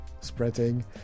spreading